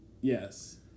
Yes